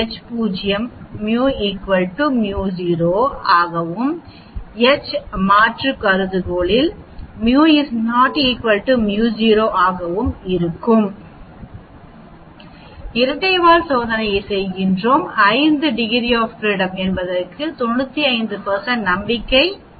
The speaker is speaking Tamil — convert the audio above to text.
H0 μ μ0 ஆகவும் h மாற்று μ ≠ μ0 ஆகவும் இருக்கு இரட்டைவால் சோதனையை செய்கிறோம் 5 டிகிரி ஆஃப் ஃப்ரீடம் என்பதற்கு99 நம்பிக்கை உள்ளது